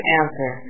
answer